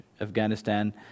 Afghanistan